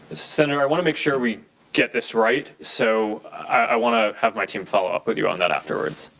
senator, i want to make sure we get this right. so i want to have my team follow up with you on that afterwards.